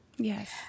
Yes